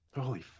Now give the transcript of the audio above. Holy